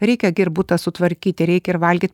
reikia gi ir butą sutvarkyti reikia ir valgyt